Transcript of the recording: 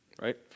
Right